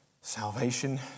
salvation